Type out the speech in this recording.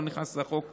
לא נכנס לחוק שלנו.